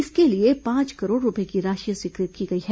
इसके लिए पांच करोड़ रूपये की राशि स्वीकृत की गई है